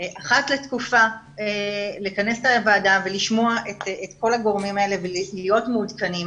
אחת לתקופה לכנס את הוועדה ולשמוע את כל הגורמים האלה ולהיות מעודכנים.